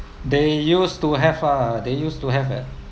they used to have ah they used to have at